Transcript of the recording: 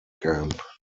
camp